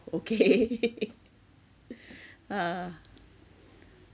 okay uh